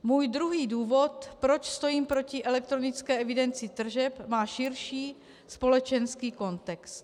Můj druhý důvod, proč stojím proti elektronické evidenci tržeb, má širší společenský kontext.